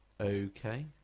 Okay